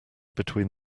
between